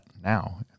now